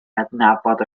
adnabod